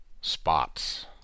spots